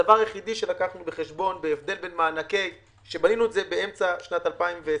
כשבנינו את חישוב המענקים באמצע שנת 2020,